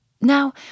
Now